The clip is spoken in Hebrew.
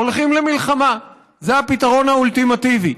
הולכים למלחמה, זה הפתרון האולטימטיבי.